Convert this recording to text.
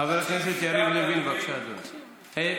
חבר הכנסת יריב לוין, בבקשה, אדוני.